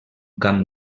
camp